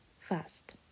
Fast